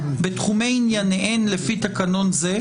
בתחומי ענייניהן לפי תקנון זה,